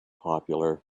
popular